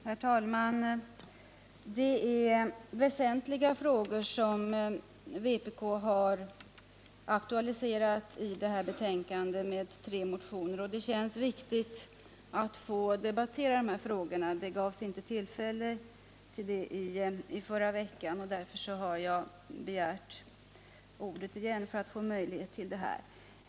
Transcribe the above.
Herr talman! Det är väsentliga frågor som har aktualiserats i de tre vpk-motioner som behandlas i det här betänkandet, varför det känns viktigt att få debattera dem. Det gavs inget tillfälle i förra veckan och därför har jag begärt ordet.